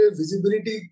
visibility